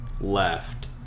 left